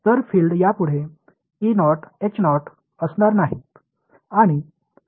எனவே புலங்கள் இனி இருக்காது இப்போது புலங்கள் E மற்றும் H ஆக மாறும்